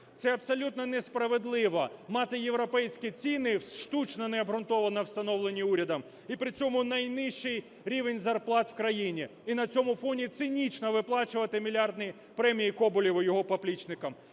Це абсолютно несправедливо мати європейські ціни, штучно необґрунтовано встановлені урядом, і при цьому найнижчий рівень зарплат в країні. І на цьому фоні цинічно виплачувати мільярдні премії Коболєву і його поплічникам.